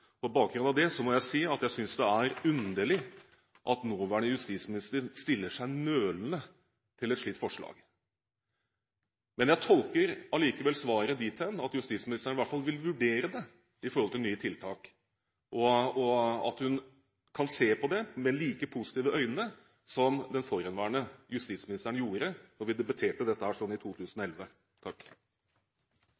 På bakgrunn av dette vil jeg si jeg synes det er underlig at nåværende justisminister stiller seg nølende til et slikt forslag, men jeg tolker likevel svaret dit hen at justisministeren i hvert fall vil vurdere det, med tanke på nye tiltak, og at hun kan se på det med like positive øyne som den forhenværende justisministeren gjorde da vi debatterte dette